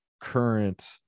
current